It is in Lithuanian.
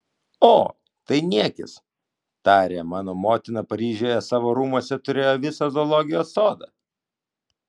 o tai niekis tarė mano motina paryžiuje savo rūmuose turėjo visą zoologijos sodą